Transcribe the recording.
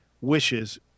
wishes